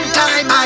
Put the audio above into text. time